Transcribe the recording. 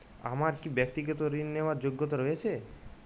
আমার কী ব্যাক্তিগত ঋণ নেওয়ার যোগ্যতা রয়েছে?